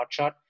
Hotshot